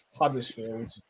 Huddersfield